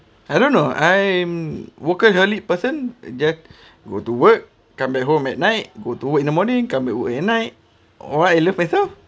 I don't know I'm woken early person just go to work come back home at night go to work in the morning come back work at night orh I love myself